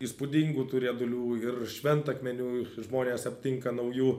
įspūdingų tų riedulių ir šventakmenių žmonės aptinka naujų